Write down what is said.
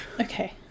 Okay